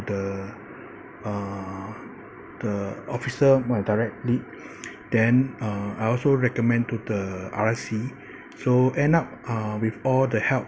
the uh the officer my direct lead then uh I also recommend to the R_S_C so end up uh with all the help